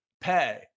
pay